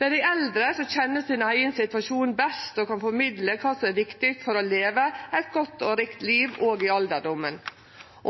er dei eldre som kjenner sin eigen situasjon best, og som kan formidle kva som er viktig for å leve eit godt og rikt liv også i alderdomen.